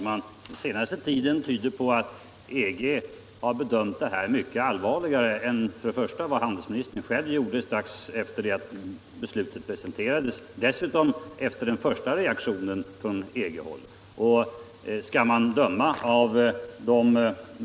Hur ser den svenska regeringen på det förhållandet att FN antagit en resolution som betecknar sionismen och sålunda den israeliska statens upprättande som rasism, och vad avser regeringen göra för att motverka de tendenser för vilka denna resolution är det senaste uttrycket?